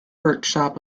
workshop